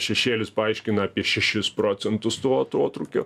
šešėlis paaiškina apie šešis procentus to atotrūkio